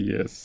Yes